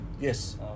yes